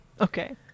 Okay